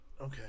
Okay